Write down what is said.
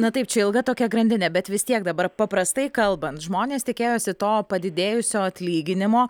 na taip čia ilga tokia grandinė bet vis tiek dabar paprastai kalbant žmonės tikėjosi to padidėjusio atlyginimo